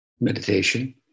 meditation